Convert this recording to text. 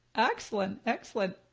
excellent, excellent.